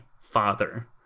father